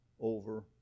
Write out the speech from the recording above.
over